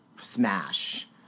Smash